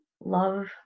love